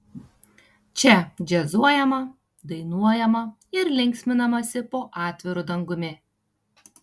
čia džiazuojama dainuojama ir linksminamasi po atviru dangumi